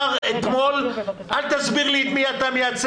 --- אל תסביר לי את מי אתה מייצג,